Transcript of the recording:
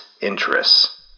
interests